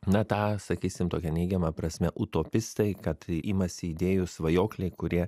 na ta sakysim tokia neigiama prasme utopistai kad imasi idėjų svajokliai kurie